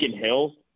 Hill